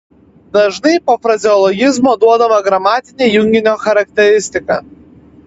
dažnai po frazeologizmo duodama gramatinė junginio charakteristika